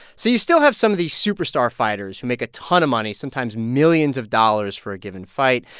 so you still have some of these superstar fighters who make a ton of money, sometimes millions of dollars for a given fight.